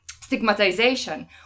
stigmatization